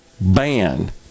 ban